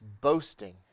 boasting